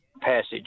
passage